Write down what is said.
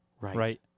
Right